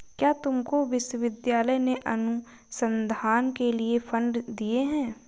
क्या तुमको विश्वविद्यालय ने अनुसंधान के लिए फंड दिए हैं?